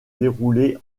déroulé